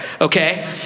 okay